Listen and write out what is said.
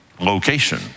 location